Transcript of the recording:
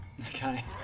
Okay